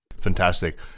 Fantastic